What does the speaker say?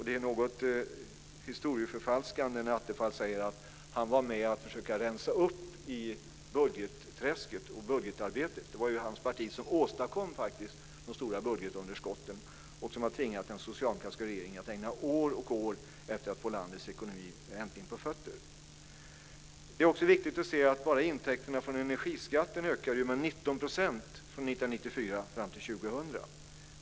Det är något historieförfalskande när Attefall säger att han var med om att försöka rensa upp i budgetträsket och budgetarbetet. Det var ju hans parti som faktiskt åstadkom de stora budgetunderskotten och som har tvingat den socialdemokratiska regeringen att ägna år efter år åt att äntligen försöka få landets ekonomi på fötter. Det är också viktigt att se att bara intäkterna från energiskatten ökade med 19 % från 1994 fram till 2000.